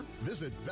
Visit